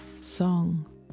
song